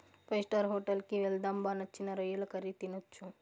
five star hotel కి వెళ్దాం బా నచ్చిన రొయ్యల కర్రీ తినొచ్చు